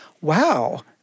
wow